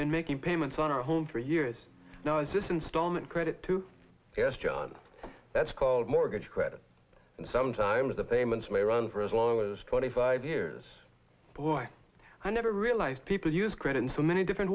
been making payments on our home for years now is this installment credit to yes john that's called mortgage credit and sometimes the payments may run for as long as twenty five years boy i never realized people use credit in so many different